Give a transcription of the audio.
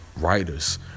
writers